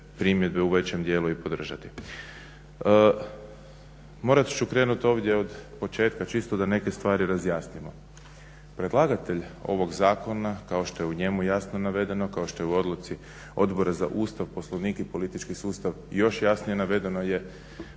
primjedbe u većem dijelu i podržati. Morat ću krenuti ovdje od početka, čisto da neke stvari razjasnimo. Predlagatelj ovog zakona kao što je u njemu jasno navedeno, kao što je u odluci Odbora za Ustav, Poslovnik i politički sustav još jasnije navedeno je